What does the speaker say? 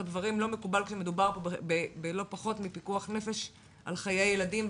דברים לא מקובלים כשמדובר בלא פחות מפיקוח נפש של חיי הילדים,